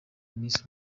miss